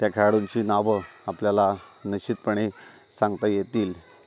त्या खेळाडूंची नावं आपल्याला निश्चितपणे सांगता येतील